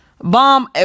bomb